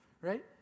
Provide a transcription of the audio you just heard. right